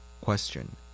Question